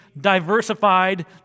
diversified